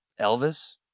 elvis